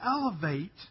elevate